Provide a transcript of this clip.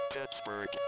Pittsburgh